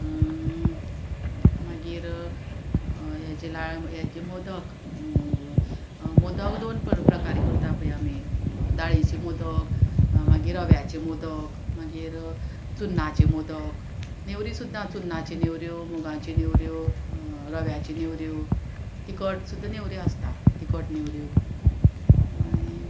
मागीर हेजे लाळ हेजे मोदक मोदक दोन प्रकारी करता पय आमी दाळीचे मोदक मागीर रव्याचे मोदक मागीर चुन्नाचे मोदक नेवरी सुद्दां चुन्नाच्यो नेवऱ्यो मुगांच्यो नेवऱ्यो रव्याच्यो नेवऱ्यो तिखट सुद्दां नेवऱ्यो आसता तिखट नेवऱ्यो आनी